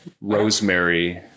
rosemary